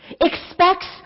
expects